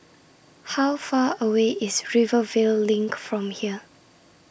How Far away IS Rivervale LINK from here